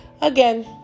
again